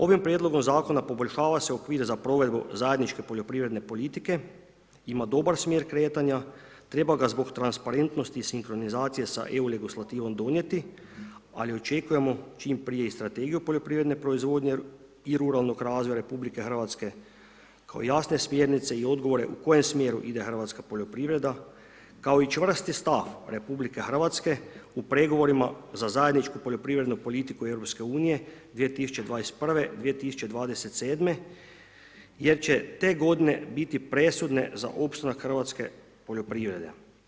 Ovim prijedlogom zakona poboljšava se okvir za provedbu zajedničke poljoprivredne politike, ima dobar smjer kretanja, treba ga zbog transparentnosti i sinkronizacije sa EU legislativom donijeti, ali očekujemo čim prije i Strategiju poljoprivredne proizvodnje i ruralnog razvoja RH kao jasne smjernice i odgovore u kojem smjeru ide Hrvatska poljoprivreda kao i čvrsti stav RH u pregovorima za zajedničku poljoprivrednu politiku EU 2021.-2027. jer će te godine biti presudne za opstanak hrvatske poljoprivrede.